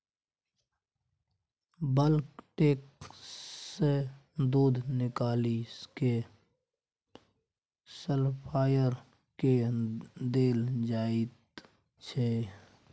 bulk tank सँ दुध निकालि केँ सप्लायर केँ देल जाइत छै